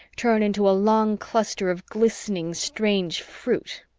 turn into a long cluster of glistening strange fruit